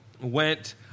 went